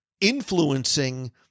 influencing